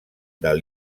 del